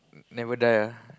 never die ah